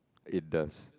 it does